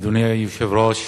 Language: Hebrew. אדוני היושב-ראש,